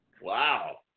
Wow